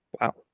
Wow